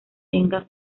tenga